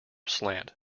slant